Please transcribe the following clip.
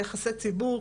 יחסי ציבור,